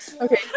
Okay